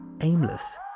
aimless